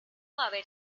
haber